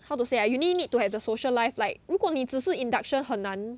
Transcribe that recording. how to say ah uni need to have the social life like 如果你只是 induction 很难